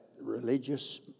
religious